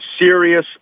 serious